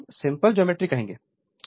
तो इसे हम सिंपल जॉमेट्री कहेंगे